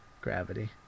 Gravity